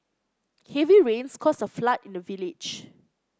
heavy rains caused a flood in the village